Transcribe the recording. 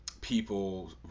people